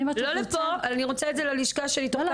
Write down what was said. אני מבקשת את זה ללשכה שלי, לא לפה.